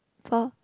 for